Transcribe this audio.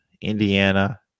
Indiana